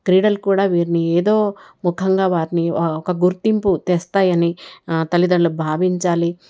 క్రీడలు కూడా వీరిని ఏదో ముఖంగా వారిని ఒక గుర్తింపు తెస్తాయని తల్లిదండ్రులు భావించాలి